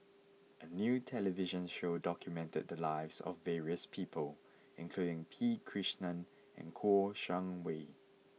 a new television show documented the lives of various people including P Krishnan and Kouo Shang Wei